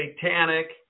satanic